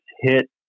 hit